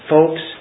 Folks